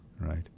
Right